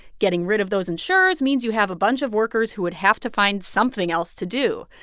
getting rid of those insurers means you have a bunch of workers who would have to find something else to do,